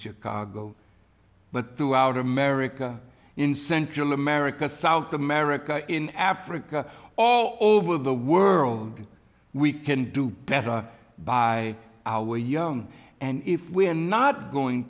chicago but the outer america in central america south america in africa all over the world we can do better by our young and if we are not going